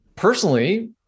Personally